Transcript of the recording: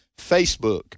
Facebook